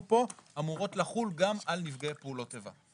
פה אמורות לחול גם על נפגעי פעולות איבה.